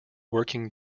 working